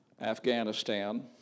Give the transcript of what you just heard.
Afghanistan